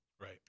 right